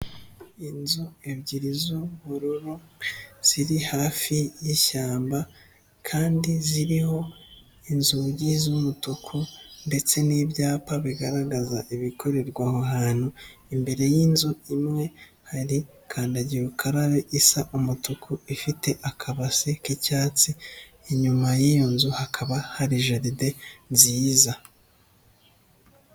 Inzu ebyiri z'ubururu ziri hafi yishyamba kandi ziriho inzugi z'umutuku ndetse n'ibyapa bigaragaza ibikorerwa aho hantu, imbere y'inzu imwe hari kandagira ukarabe isa umutuku ifite akabase k'icyatsi, inyuma y'iyo nzu hakaba hari jaride nziza.